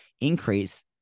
increase